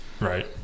Right